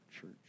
church